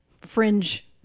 fringe